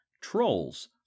Trolls